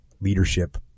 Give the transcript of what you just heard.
leadership